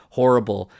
horrible